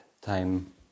time